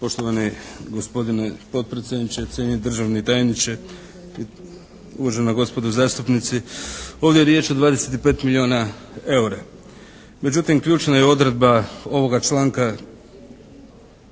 Poštovani gospodine potpredsjedniče, cijenjeni državni tajniče, uvažena gospodo zastupnici! Ovdje je riječ o 25 milijuna eura. Međutim, ključna je odredba ovoga članka